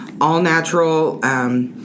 all-natural